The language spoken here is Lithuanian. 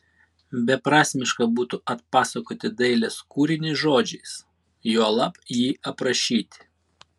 beprasmiška būtų atpasakoti dailės kūrinį žodžiais juolab jį aprašyti